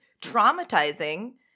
traumatizing